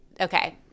Okay